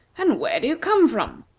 and where do you come from?